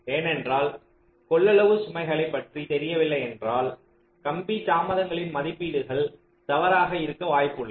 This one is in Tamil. ஏனென்றால் கொள்ளளவு சுமைகளைப் பற்றி தெரியவில்லை என்றால் கம்பி தாமதங்களின் மதிப்பீடுகள் தவறாக இருக்க வாய்ப்புள்ளது